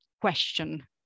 question